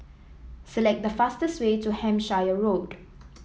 select the fastest way to Hampshire Road